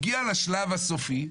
הגיע לשלב הסופי,